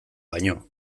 baino